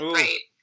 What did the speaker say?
right